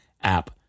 app